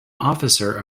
officer